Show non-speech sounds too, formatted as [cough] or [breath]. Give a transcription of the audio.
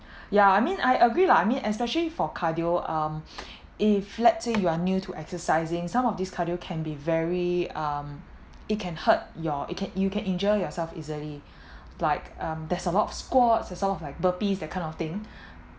ya I mean I agree lah I mean especially for cardio um [breath] if let's say you are new to exercising some of these cardio can be very um it can hurt your it can you can injure yourself easily [breath] like um there's a lot of squats there's a lot of like burpees that kind of thing